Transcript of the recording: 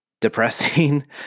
depressing